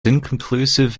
inconclusive